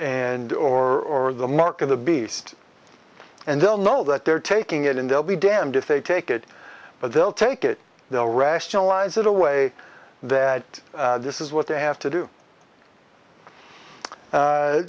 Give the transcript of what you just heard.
and or the mark of the beast and they'll know that they're taking it in they'll be damned if they take it but they'll take it they'll rationalize it away that this is what they have to do